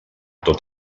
tot